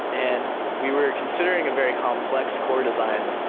and we were considering a very complex core design.